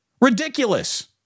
Ridiculous